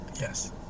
Yes